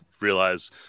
realize